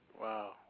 Wow